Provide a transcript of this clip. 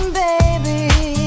baby